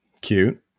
Cute